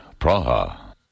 Praha